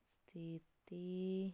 ਸਥਿਤੀ